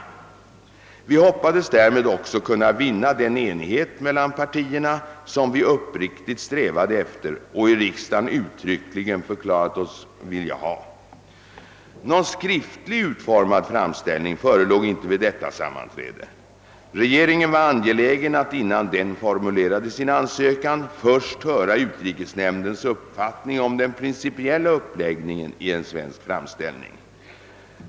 Vi hoppades därmed också kunna vinna den enighet mellan partierna som vi uppriktigt strävade efter och i riksdagen uttryckligen förklarat oss vilja ha. Någon skriftligt utformad framställning förelåg inte vid detta sammanträde. Regeringen var angelägen att innan den formulerade sin ansökan först höra utrikesnämndens uppfattning om den principiella uppläggningen i en svensk framställning.